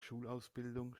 schulausbildung